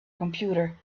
computer